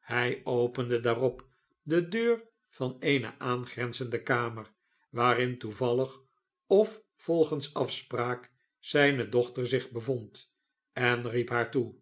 hij opende daarop de deur van eene aangrenzende kamer waarin toevallig of volgens afspraak zijne dochter zich bevond en riep haar toe